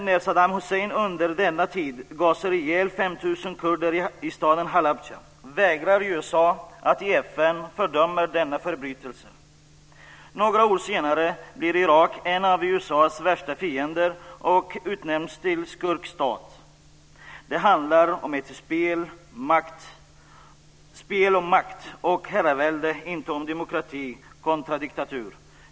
När Saddam Hussein under denna tid gasar ihjäl 5 000 kurder i staden Halabja vägrar USA att i FN fördöma denna förbrytelse. Några år senare blir Irak en av USA:s värsta fiender och utnämns till skurkstat. Det handlar om ett spel om makt och herravälde - inte om demokrati kontra diktatur.